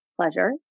pleasure